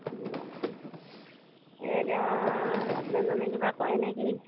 এই এতিয়া হাজবেণ্ডজনে কিবা কৰে নেকি